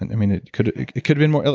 and i mean, it could've it could've been more.